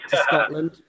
Scotland